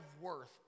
worth